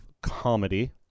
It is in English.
comedy